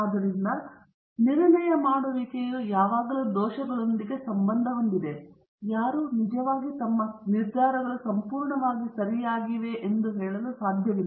ಆದ್ದರಿಂದ ನಿರ್ಣಯ ಮಾಡುವಿಕೆಯು ಯಾವಾಗಲೂ ದೋಷಗಳೊಂದಿಗೆ ಸಂಬಂಧ ಹೊಂದಿದೆ ಯಾರೂ ನಿಜವಾಗಿ ತಮ್ಮ ನಿರ್ಧಾರಗಳು ಸಂಪೂರ್ಣವಾಗಿ ಸರಿಯಾಗಿವೆಯೆಂದು ಹೇಳಲು ಸಾಧ್ಯವಿಲ್ಲ